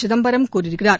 சிதம்பரம் கூறியிருக்கிறார்